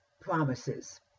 promises